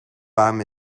warm